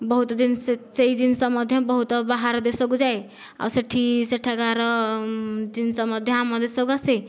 ବହୁତ ଦିନ ସେସେଇ ଜିନଷ ମଧ୍ୟ ବହୁତ ବାହାର ଦେଶକୁ ଯାଏ ଆଉ ସେଠି ସେଠାକାର ଜିନିଷ ମଧ୍ୟ ଆମ ଦେଶକୁ ଆସେ